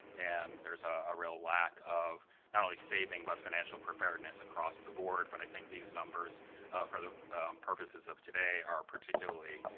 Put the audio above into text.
and there's a real lack of not only saving but financial preparedness across the board. but i think these numbers for the purposes of today are particularly